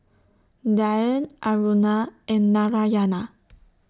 Dhyan Aruna and Narayana